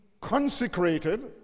consecrated